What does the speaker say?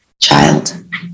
child